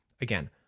Again